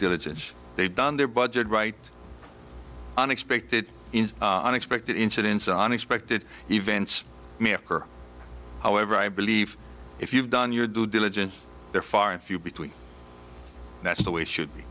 diligence they've done their budget right unexpected unexpected incidents unexpected events however i believe if you've done your due diligence they're far and few between that's the way it should be